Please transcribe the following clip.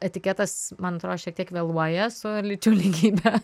etiketas man atrodo šiek tiek vėluoja su lyčių lygybę